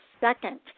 second